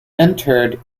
entered